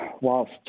whilst